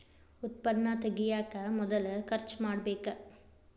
ಉತ್ಪನ್ನಾ ತಗಿಯಾಕ ಮೊದಲ ಖರ್ಚು ಮಾಡಬೇಕ